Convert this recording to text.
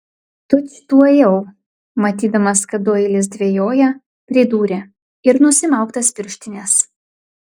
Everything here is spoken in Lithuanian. tučtuojau matydamas kad doilis dvejoja pridūrė ir nusimauk tas pirštines